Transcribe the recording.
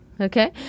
Okay